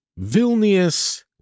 Vilnius